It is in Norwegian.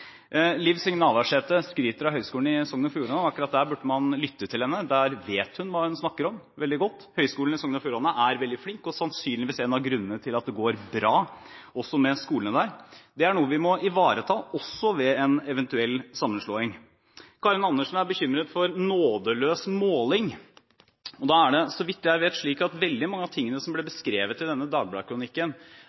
Liv Signe Navarsete skryter av Høgskulen i Sogn og Fjordane. Akkurat der burde man lytte til henne – der vet hun veldig godt hva hun snakker om. Ved Høgskulen i Sogn og Fjordane er de veldig flinke, og det er sannsynligvis en av grunnene til at det går bra med skolene der. Dette er noe vi må ivareta ved en eventuell sammenslåing. Karin Andersen er bekymret for nådeløs måling. Så vidt jeg vet, er veldig mange av de tingene som ble beskrevet i